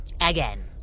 Again